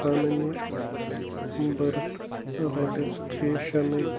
پَنٛنہِ بٔرٕتھ رَجَسٹریشنٕچ